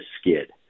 skid